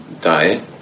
diet